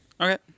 Okay